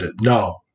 No